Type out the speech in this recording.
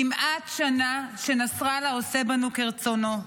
כמעט שנה שנסראללה עושה בנו כרצונו.